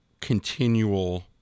continual